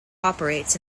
operates